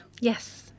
Yes